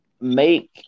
make